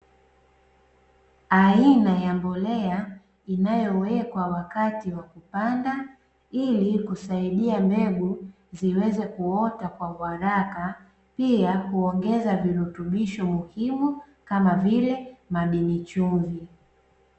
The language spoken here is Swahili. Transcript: Aina ya mbolea inayowekwa wakati wa kupanda ili kusaidia mbegu ziweze kuota kwa uharaka, pia huongeza virutubisho muhimu kama vile madini chumvi.